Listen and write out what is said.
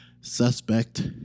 suspect